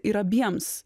ir abiems